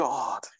God